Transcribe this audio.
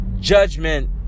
judgment